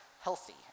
healthy